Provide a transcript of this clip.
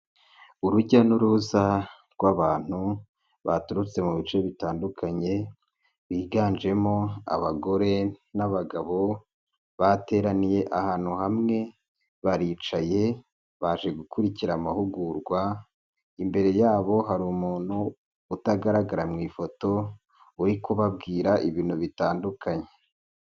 Urujya n'uruza rw'abantu baturutse mu bice bitandukanye biganjemo abagore n'abagabo, bateraniye ahantu hamwe baricaye baje gukurikira amahugurwa, imbere yabo hari umuntu utagaragara mu ifoto uri kubabwira ibintu bitandukanye.